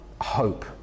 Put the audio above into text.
hope